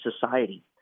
society